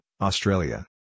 Australia